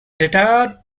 data